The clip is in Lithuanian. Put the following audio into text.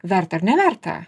verta ar neverta